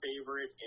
favorite